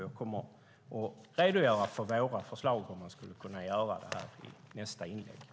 Jag kommer att redogöra för våra förslag om hur man skulle kunna göra det här i nästa inlägg.